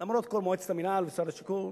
למרות כל מועצת המינהל ושר השיכון,